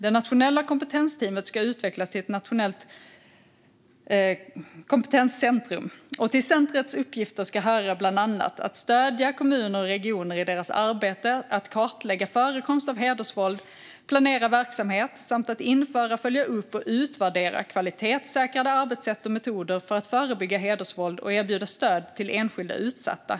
Det nationella kompetensteamet ska utvecklas till ett nationellt kompetenscentrum, och till centrumets uppgifter ska höra bland annat att stödja kommuner och regioner i deras arbete att kartlägga förekomst av hedersvåld, att planera verksamhet samt att införa, följa upp och utvärdera kvalitetssäkrade arbetssätt och metoder för att förebygga hedersvåld och erbjuda stöd till enskilda utsatta.